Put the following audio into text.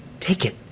take it.